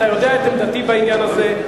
אתה יודע את עמדתי בעניין הזה.